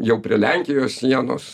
jau prie lenkijos sienos